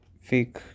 fake